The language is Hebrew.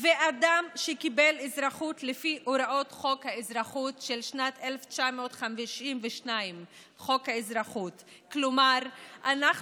אדם שקיבל אזרחות לפי הוראות חוק האזרחות של שנת 1952. כלומר אנחנו